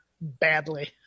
badly